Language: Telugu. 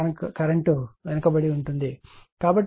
కాబట్టి 120